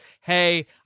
hey